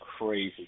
crazy